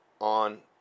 on